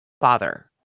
father